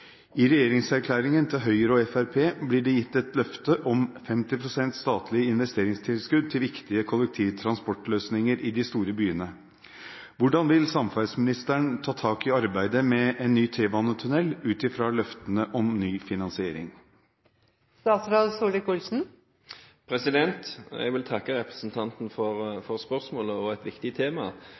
I regjeringserklæringen til Høyre og Fremskrittspartiet blir det gitt et løfte om 50 pst. statlig investeringstilskudd til viktige kollektivtransportløsninger i de store byene. Hvordan vil statsråden ta tak i arbeidet med ny T-banetunnel ut ifra løftene om ny finansiering?» Jeg vil takke representanten for spørsmålet om et viktig tema.